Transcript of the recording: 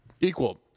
equal